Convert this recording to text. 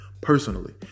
personally